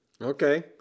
Okay